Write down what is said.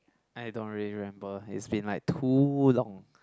I don't really remember it's been like too long